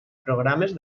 programes